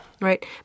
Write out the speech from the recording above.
right